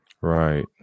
Right